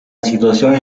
situación